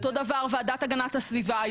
אותו דבר בוועדה להגנת הסביבה,